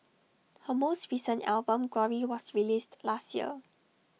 her most recent album glory was released last year